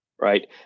right